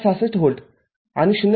६६ volt आणि ०